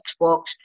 Xbox